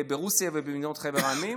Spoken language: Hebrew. ברוסיה ובחבר המדינות.